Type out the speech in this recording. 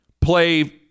play